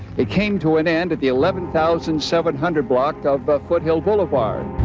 it came to an end at the eleven thousand seven hundred block of but foothill boulevard.